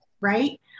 right